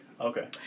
Okay